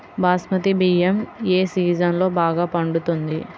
బాస్మతి బియ్యం ఏ సీజన్లో బాగా పండుతుంది?